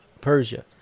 Persia